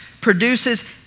produces